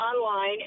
online